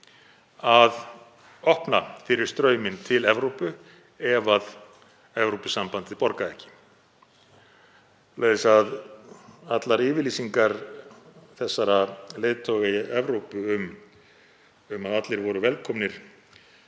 að opna fyrir strauminn til Evrópu ef Evrópusambandið borgaði ekki. Svoleiðis að allar yfirlýsingar þessara leiðtoga í Evrópu, um að allir væru velkomnir,